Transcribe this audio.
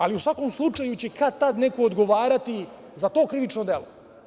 Ali, u svakom slučaju, kad tad će neko odgovarati za to krivično delo.